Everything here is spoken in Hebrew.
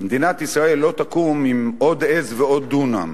מדינת ישראל לא תקום עם עוד עז ועוד דונם.